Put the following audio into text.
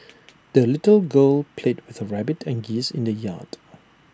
the little girl played with her rabbit and geese in the yard